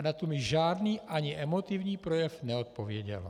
A na to mi žádný, ani emotivní projev neodpověděl.